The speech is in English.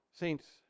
Saints